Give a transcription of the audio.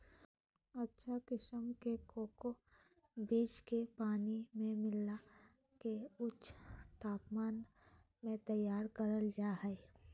अच्छा किसम के कोको बीज के पानी मे मिला के ऊंच तापमान मे तैयार करल जा हय